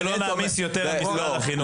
חלילה לא להעמיס יותר על משרד החינוך.